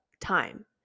time